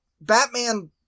Batman